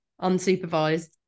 Unsupervised